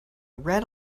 read